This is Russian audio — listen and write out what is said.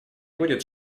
будет